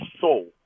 soul